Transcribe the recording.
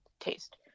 taste